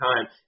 time